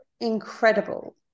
Incredible